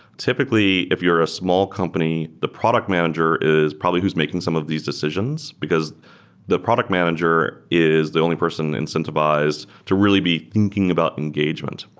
typically, if you're a small company, the product manager is probably who's making some of these decisions, because the product manager is the only person incentivized to really be thinking about engagement.